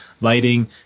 lighting